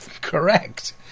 correct